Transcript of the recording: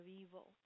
evil